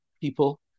people